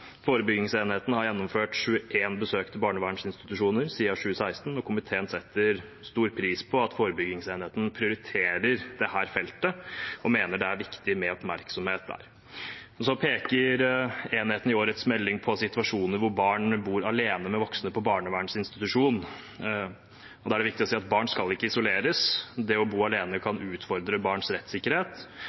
Forebyggingsenheten har gjennomført 21 besøk i barnevernsinstitusjoner siden 2016, og komiteen setter stor pris på at forebyggingsenheten prioriterer dette feltet og mener at det er viktig med oppmerksomhet der. Så peker enheten i årets melding på situasjoner der barn bor alene med voksne på barnevernsinstitusjon. Da er det viktig å si at barn ikke skal isoleres. Det å bo alene kan utfordre barns rettssikkerhet.